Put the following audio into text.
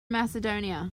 macedonia